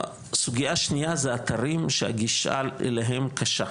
סוגייה שנייה זה אתרים שהגישה אליהם קשה.